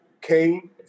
came